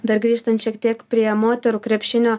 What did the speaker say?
dar grįžtant šiek tiek prie moterų krepšinio